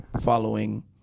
following